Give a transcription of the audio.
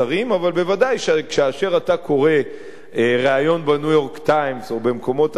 אבל ודאי שכאשר אתה קורא ריאיון ב"ניו-יורק טיימס" או במקומות אחרים